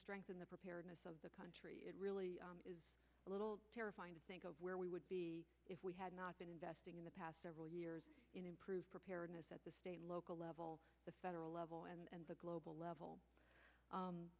strengthen the preparedness of the country it really is a little terrifying to think of where we would be if we had not been investing in the past several years in improved preparedness at the state local level the federal level and the global level